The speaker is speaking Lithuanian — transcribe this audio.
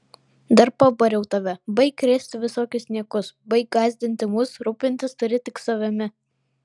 dar pabariau tave baik krėsti visokius niekus baik gąsdinti mus rūpintis turi tik savimi